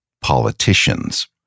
politicians